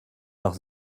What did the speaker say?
leurs